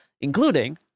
including